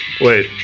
Wait